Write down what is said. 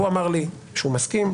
והוא אמר לי שהוא מסכים,